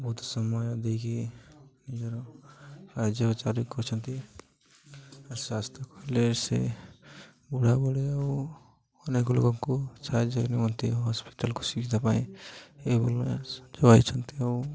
ବହୁତ ସମୟ ଦେଇକି ନିଜର ସାହାଯ୍ୟ ଚାର କରୁଛନ୍ତି ସ୍ୱାସ୍ଥ୍ୟ କହିଲେ ସେ ବୁଢ଼ାବୁଢ଼ି ଆଉ ଅନେକ ଲୋକଙ୍କୁ ସାହାଯ୍ୟ ନିଅନ୍ତି ହସ୍ପିଟାଲକୁ ସୁବିଧା ପାଇଁ ଏଭଳିଆ ଯୋଗାଇଛନ୍ତି ଆଉ